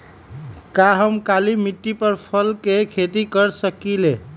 का हम काली मिट्टी पर फल के खेती कर सकिले?